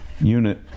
unit